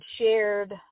shared